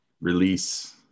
release